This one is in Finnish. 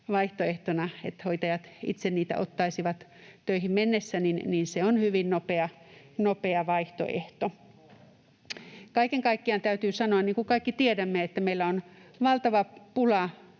se, että hoitajat itse niitä ottaisivat töihin mennessä, on hyvin nopea vaihtoehto. Kaiken kaikkiaan täytyy sanoa, niin kuin kaikki tiedämme, että meillä on valtava pula